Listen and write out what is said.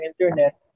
internet